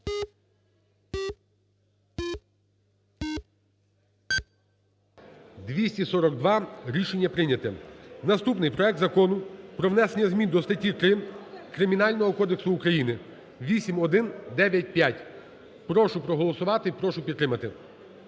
За-242 Рішення прийнято. Наступний. Проект Закону про внесення змін до статті 3 Кримінального кодексу України (8195). Прошу проголосувати, прошу підтримати